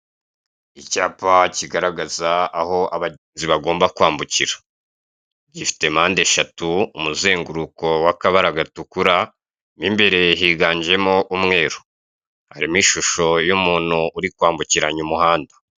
Icyapa kigaragaza aho abagenzi bagomba kwambukira. Gifite mpande eshatu, umuzenguruko w'akabara gatukura, mo imbere higanjemo umweru. Harimo ishusho y'umuntu uri kwambukiranya umuhanda.